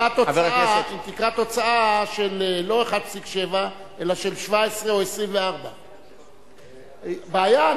אם תקרת הוצאה לא של 1.7 אלא של 17 או 24. בעיה,